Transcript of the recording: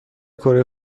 کره